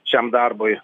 šiam darbui